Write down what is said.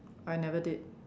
I never did